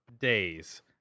days